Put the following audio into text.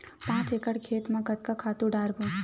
पांच एकड़ खेत म कतका खातु डारबोन?